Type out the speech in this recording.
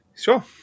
sure